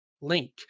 link